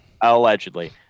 Allegedly